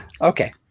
Okay